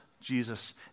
Jesus